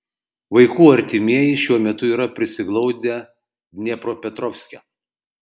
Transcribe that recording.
vaikų artimieji šiuo metu yra prisiglaudę dniepropetrovske